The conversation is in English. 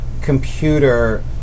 Computer